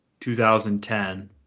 2010